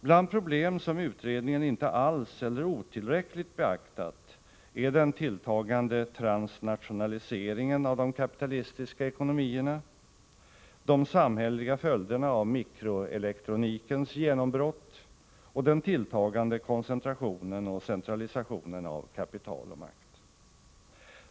Bland problem som utredningen inte alls eller otillräckligt beaktat är den tilltagande transnationaliseringen av de kapitalistiska ekonomierna, de samhälleliga följderna av mikroelektronikens genombrott och den tilltagande koncentrationen och centralisationen av kapital och makt.